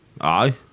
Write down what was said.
Aye